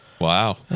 Wow